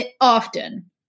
Often